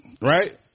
right